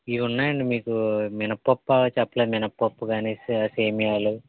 ఇవి ఉన్నాయండి మీకు మినపప్పు చెప్పలేదు మినపప్పు కాని సేమ్యాలు